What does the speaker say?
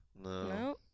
No